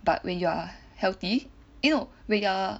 but when you are healthy eh no when you are